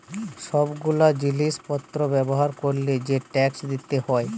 সব গুলা জিলিস পত্র ব্যবহার ক্যরলে যে ট্যাক্স দিতে হউ